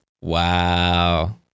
Wow